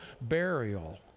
burial